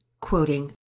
quoting